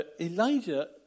Elijah